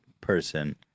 person